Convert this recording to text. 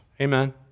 Amen